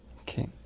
Okay